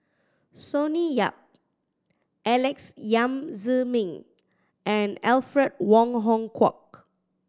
Sonny Yap Alex Yam Ziming and Alfred Wong Hong Kwok